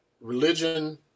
religion